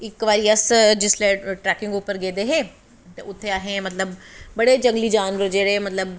इक बारी अस जिसलै ट्रैकिंग पर गेदे हे ते उत्थै असें मतलब बड़े जंगली जानवर जेह्ड़े मतलब